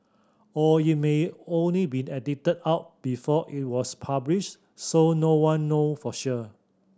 or it may or it may been edited out before it was published so no one know for sure